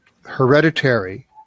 hereditary